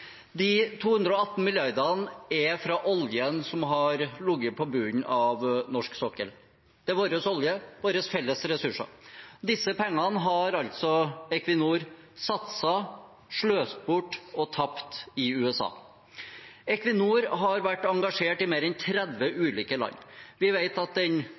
De 218 milliardene er fra oljen som har ligget på bunnen av norsk sokkel. Det er vår olje – våre felles ressurser. Disse pengene har altså Equinor satset, sløst bort og tapt i USA. Equinor har vært engasjert i mer enn 30 ulike land. Vi vet at den